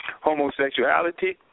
homosexuality